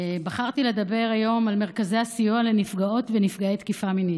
בחרתי לדבר היום על מרכזי הסיוע לנפגעות ונפגעי תקיפה מינית.